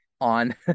on